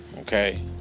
Okay